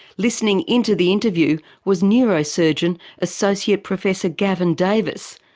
listening in to the interview was neurosurgeon associate professor gavin davis,